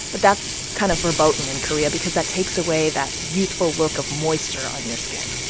but that's kind of verboten in korea because that takes away that youthful look of moisture on your skin.